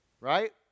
Right